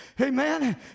Amen